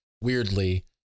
weirdly